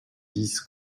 dix